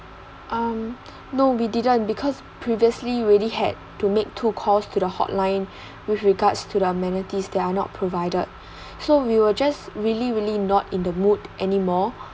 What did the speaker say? um we didn't because previously ready had to make two calls to the hotline with regards to the amenities that are not provided so we were just really really not in the mood anymore